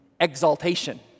Exaltation